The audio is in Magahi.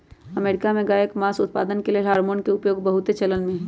अमेरिका में गायके मास उत्पादन के लेल हार्मोन के उपयोग बहुत चलनमें हइ